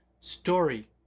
Story